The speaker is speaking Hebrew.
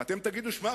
ואתם תגידו: שמע,